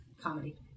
comedy